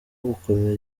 gukomera